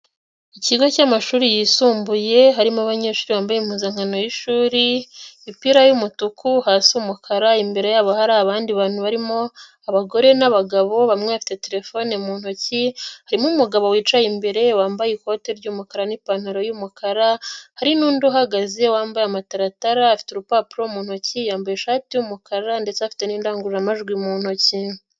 Ikigo cy'amashuri y'isumbuye harimo abanyeshuri bambaye impuzankano y'ishuri imipira y'umutuku, hasi umukara. Imbere yabo hari abandi bantu barimo abagore n'abagabo bamwe bafite telefone mu ntoki. Harimo umugabo wicaye imbere wambaye ikote ry'umukara n'ipantaro y'umukara. Hari n'undi uhagaze wambaye amataratara afite urupapuro mu ntoki, yambaye ishati y'umukara ndetse afite n'indangururamajwi mu ntoki.